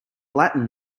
latin